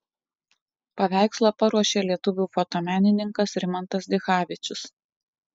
paveikslą paruošė lietuvių fotomenininkas rimantas dichavičius